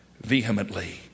vehemently